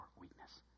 weakness